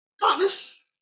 Darkness